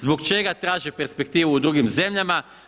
Zbog čega traže perspektivu u drugim zemljama?